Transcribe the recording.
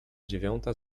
dziewiąta